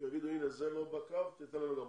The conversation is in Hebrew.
ויגידו לכם: הנה, זה לא בקו, תיתן גם אותם.